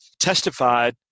testified